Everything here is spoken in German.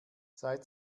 seit